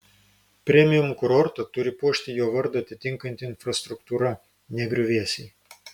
premium kurortą turi puošti jo vardą atitinkanti infrastruktūra ne griuvėsiai